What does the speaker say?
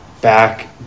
back